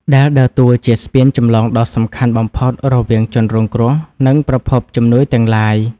ដែលដើរតួជាស្ពានចម្លងដ៏សំខាន់បំផុតរវាងជនរងគ្រោះ និងប្រភពជំនួយទាំងឡាយ។